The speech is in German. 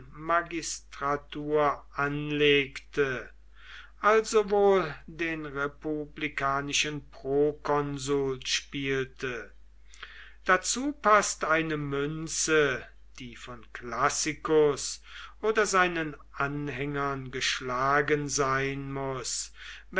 magistratur anlegte also wohl den republikanischen prokonsul spielte dazu paßt eine münze die von classicus oder seinen anhängern geschlagen sein muß